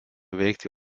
veikti